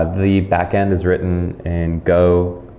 the back-end is written in go.